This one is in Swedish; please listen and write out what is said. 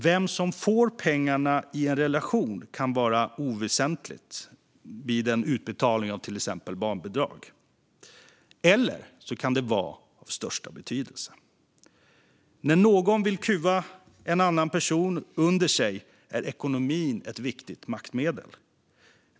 Vem som får pengarna i en relation kan vara oväsentligt vid en utbetalning av till exempel barnbidrag, eller så kan det vara av största betydelse. När någon vill kuva en annan person under sig är ekonomin ett viktigt maktmedel.